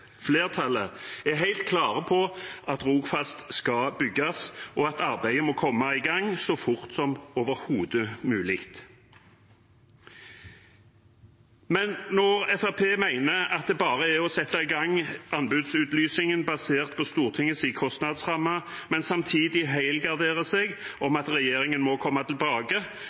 flertallet – er helt klare på at Rogfast skal bygges, og at arbeidet må komme i gang så fort som overhodet mulig. Men når Fremskrittspartiet mener det bare er å sette i gang anbudsutlysingen basert på Stortingets kostnadsramme, men samtidig helgarderer seg med at regjeringen må komme tilbake